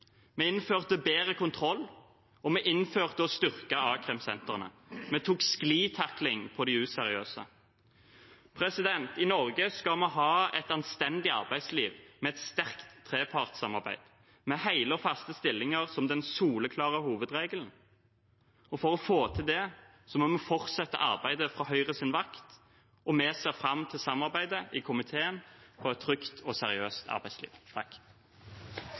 Vi innførte bedre kontroll, og vi innførte å styrke a-krimsentrene. Vi tok sklitakling på de useriøse. I Norge skal vi ha et anstendig arbeidsliv, med et sterkt trepartssamarbeid og med hele og faste stillinger som den soleklare hovedregelen. For å få til det må vi fortsette arbeidet fra Høyres vakt, og vi ser fram til samarbeidet i komiteen for et trygt og seriøst arbeidsliv.